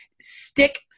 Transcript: stick